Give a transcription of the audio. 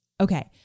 Okay